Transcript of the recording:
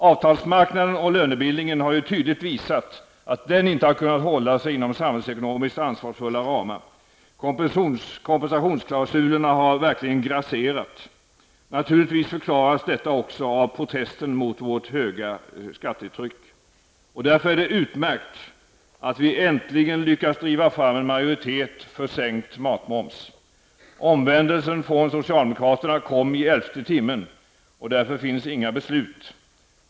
Avtalsmarknaden och lönebildningen har ju tydligt visat, att den inte kunnat hålla sig inom samhällsekonomiskt ansvarsfulla ramar. Kompensationsklausulerna har grasserat. Naturligtvis förklaras detta också av protesten mot vårt höga skattetryck. Därför är det utmärkt, att vi äntligen lyckats driva fram en majoritet för sänkt matmoms. Omvändelsen från socialdemokraterna kom i elfte timmen. Därför finns inga beslut.